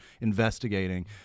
investigating